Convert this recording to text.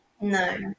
no